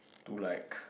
to like